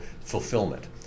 fulfillment